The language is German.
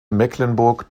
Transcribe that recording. mecklenburg